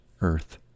earth